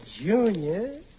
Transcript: Junior